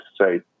say